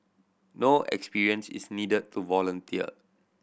no experience is needed to volunteer